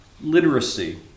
literacy